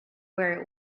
where